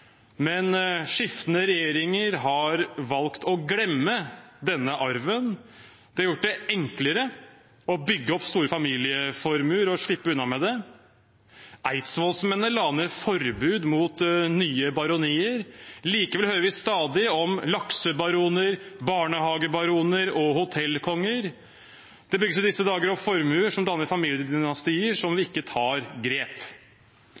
Men skiftende regjeringer har valgt å glemme denne arven. Det har gjort det enklere å bygge opp store familieformuer og slippe unna med det. Eidsvollsmennene la ned forbud mot nye baronier. Likevel hører vi stadig om laksebaroner, barnehagebaroner og hotellkonger. Det bygges i disse dager opp formuer som danner familiedynastier om vi ikke tar grep.